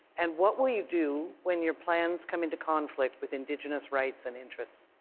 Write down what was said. and what will you do when your plans come into conflict with indigenous rights and interests?